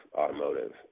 automotive